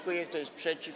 Kto jest przeciw?